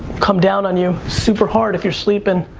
come down on you super hard if you're sleeping.